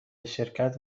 شرکت